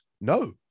no